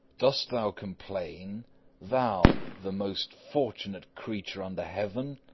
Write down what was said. dost thou complain thou, the most fortunate creature under heaven?